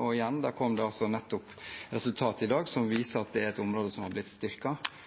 Og igjen: Der kom det nettopp resultat i dag som viser at det er et område som har blitt